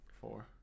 four